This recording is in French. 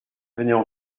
venaient